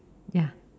ya